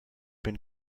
been